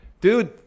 Dude